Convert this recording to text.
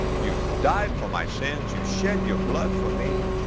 you died for my sins, you shed your blood for me,